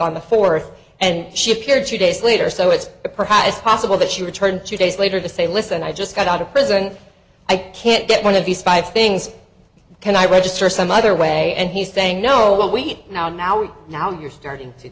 on the fourth and she appeared two days later so it's perhaps possible that she returned two days later to say listen i just got out of prison i can't get one of these five things can i register some other way and he's saying no we now now we now you're starting to